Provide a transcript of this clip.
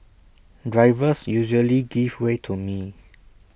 drivers usually give way to me